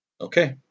Okay